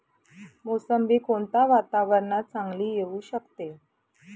मोसंबी कोणत्या वातावरणात चांगली येऊ शकते?